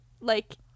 like-